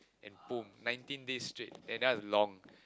and boom nineteen days straight and that one is long